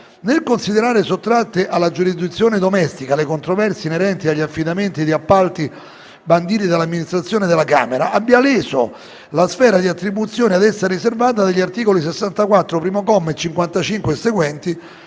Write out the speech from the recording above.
nel considerare sottratte alla giurisdizione domestica le controversie inerenti agli affidamenti di appalti banditi dall'amministrazione della Camera, abbiano leso la sfera di attribuzioni ad essa riservata dagli articoli 64, primo comma, e 55 e seguenti